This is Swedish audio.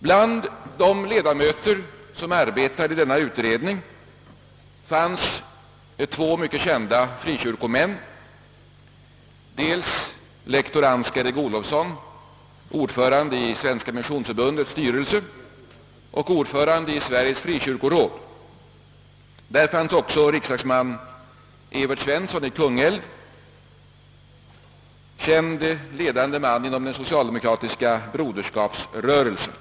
Bland de ledamöter som arbetade i utredningen fanns två mycket kända frikyrkomän, nämligen dels lektor Ansgar Eeg-Olofsson, ordförande i Svenska missionsförbundets styrelse och ordförande i Sveriges frikyrkoråd, dels riksdagsman Evert Svensson i Kungälv, känd ledande man inom den socialdemokratiska broderskapsrörelsen.